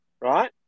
right